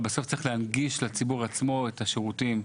ובסוף צריך להנגיש לציבור עצמו את השירותים.